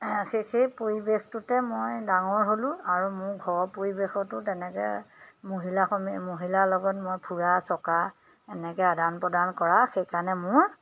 সেই সেই পৰিৱেশটোতে মই ডাঙৰ হ'লোঁ আৰু মোৰ ঘৰৰ পৰিৱেশতো তেনেকৈ মহিলাসমিতি মহিলাৰ লগত মই ফুৰা চকা এনেকৈ আদান প্ৰদান কৰা সেইকাৰণে মোৰ